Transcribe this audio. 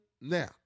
Now